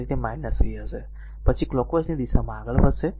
તેથી તે v હશે પછી કલોકવાઈઝની દિશામાં આગળ વધશે